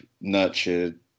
nurtured